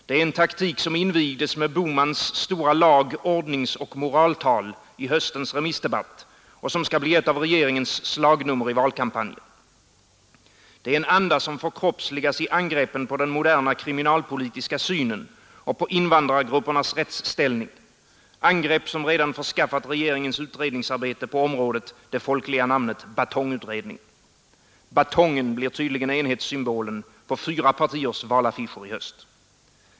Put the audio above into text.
Det är en taktik som invigdes med Bohmans stora lag-, ordningsoch moraltal i höstens remissdebatt och som skall bli ett av regeringens slagnummer i valkampanjen. Det är en anda som förkroppsligas i angreppen på den moderna kriminalpolitiska synen och på invandrargruppernas rättsställning, angrepp som redan förskaffat regeringens utredningsarbete på området det folkliga namnet ”batongutredningen”. Batongen blir tydligen enhetssymbolen på fyra partiers valaffischer i höst.